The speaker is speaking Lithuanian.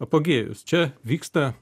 apogėjus čia vyksta